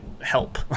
help